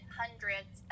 hundreds